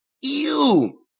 Ew